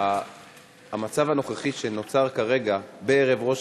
שהמצב הנוכחי שנוצר כרגע בערב ראש